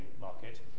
market